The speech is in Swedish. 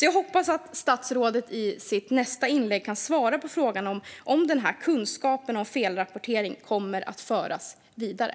Jag hoppas att statsrådet i sitt nästa inlägg kan svara på frågan om huruvida kunskapen om felrapporteringen kommer att föras vidare.